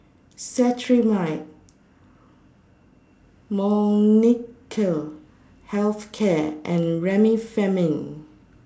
Cetrimide Molnylcke Health Care and Remifemin